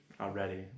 already